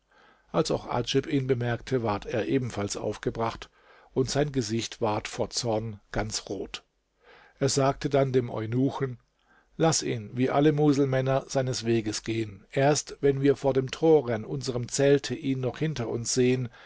als auch adjib ihn bemerkte ward er ebenfalls aufgebracht und sein gesicht ward vor zorn ganz rot er sagte dann dem eunuchen laß ihn wie alle muselmänner seines weges gehen erst wenn wir vor dem tore an unserem zelte ihn noch hinter uns sehen